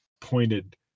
pointed